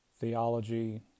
theology